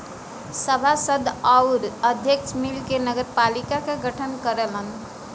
सभासद आउर अध्यक्ष मिलके नगरपालिका क गठन करलन